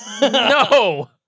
No